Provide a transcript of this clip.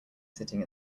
sitting